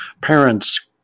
parents